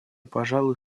пожалуй